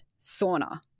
sauna